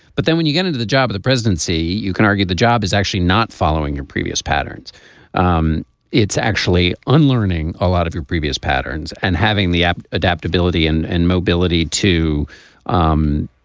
but then when you get into the job of the presidency you can argue the job is actually not following your previous patterns um it's actually unlearning a lot of your previous patterns and having the ah adaptability and and mobility to um